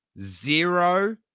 Zero